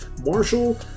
Marshall